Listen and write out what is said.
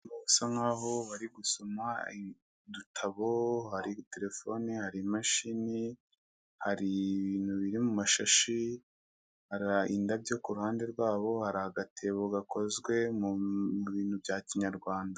Basa nk'aho bari gusoma udutabo, hari telephone, hari imashini, hari ibintu biri mu mashashi, hari indabo ku ruhande rwabo, hari agatebo gakozwe mu bintu bya kinyarwanda.